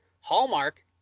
Hallmark